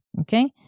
okay